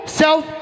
self